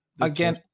again